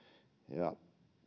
ja